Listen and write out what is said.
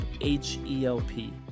H-E-L-P